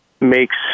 makes